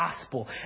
gospel